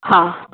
हा